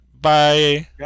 Bye